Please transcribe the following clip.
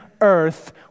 earth